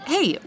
Hey